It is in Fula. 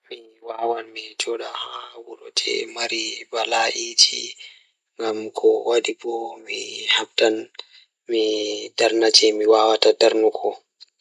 Mi ɓuri yiɗugo mi jooɗa e So tawii miɗo waɗa jaɓde kala ngal ɗiɗi, mi waɗataa jaɓde waɗude ngal aduna ndee ko njangol aɗɗa waawataa waɗa. Ko ndee, njangol aɗɗa o waawataa njiddaade nguurndam ngal rewɓe ngal e njamaaji ngal baɗɗo.